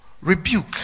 rebuke